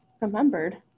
remembered